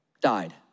died